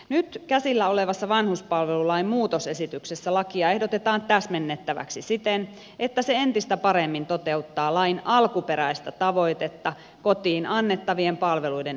nyt käsillä olevassa vanhuspalvelulain muutosesityksessä lakia ehdotetaan täsmennettäväksi siten että se entistä paremmin toteuttaa lain alkuperäistä tavoitetta kotiin annettavien palveluiden ensisijaisuudesta